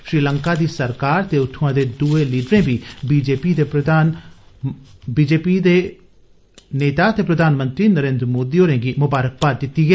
श्रीलकां दी सरकार ते उत्थुआं दे दुए लीडरें बी भाजपा ते प्रधानमंत्री नरेन्द्र मोदी होरें गी मुबारक दित्ती ऐ